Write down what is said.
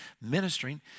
ministering